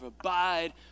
abide